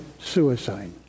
suicide